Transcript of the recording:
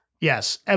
Yes